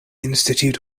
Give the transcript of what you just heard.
institute